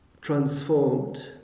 transformed